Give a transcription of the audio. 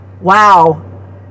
wow